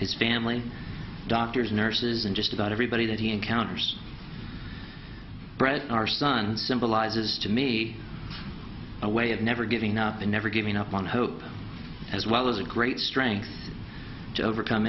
his family doctors nurses and just about everybody that he encounters bread our son symbolizes to me a way of never giving up and never giving up on hope as well as a great strength to overcome